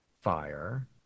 fire